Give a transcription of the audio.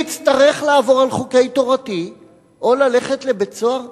אני אצטרך לעבור על חוקי תורתי או ללכת לבית-סוהר?